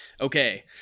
Okay